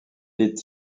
est